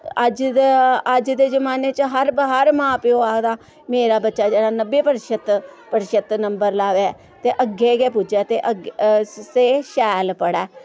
अज्ज दा अज्ज दे जमाने च हर हर मां प्यो आखदा मेरा बच्चा जेह्ड़ा नब्बे प्रतिशत प्रतिशत नंबर लावै ते अग्गै गै पुज्जै ते शैल पढ़ै